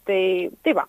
tai tai va